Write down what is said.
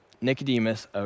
Nicodemus